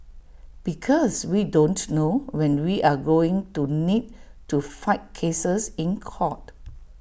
because we don't know when we're going to need to fight cases in court